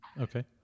okay